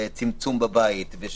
צמצום בבית,